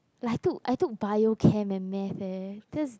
like I took I took bio chem and math eh that's